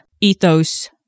ethos